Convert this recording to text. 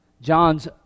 John's